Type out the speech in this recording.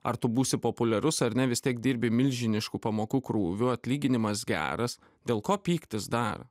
ar tu būsi populiarus ar ne vis tiek dirbi milžinišku pamokų krūviu atlyginimas geras dėl ko pyktis dar